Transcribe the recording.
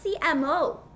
CMO